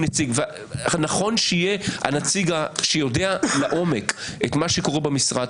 נכון שיהיה הנציג שיודע לעומק את מה שקורה במשרד,